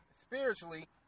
spiritually